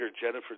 Jennifer